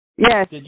Yes